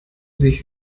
sich